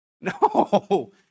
No